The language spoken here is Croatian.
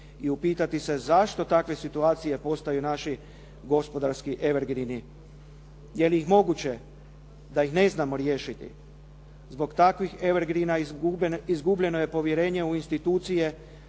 i upitati se zašto takve situacije postaju naši gospodarski evergreeni? Je li moguće da ih ne znamo riješiti? Zbog takvih evergreena izgubljeno je povjerenje u institucije